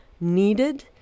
needed